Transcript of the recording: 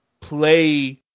play